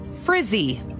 Frizzy